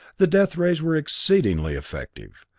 the death rays were exceedingly effective,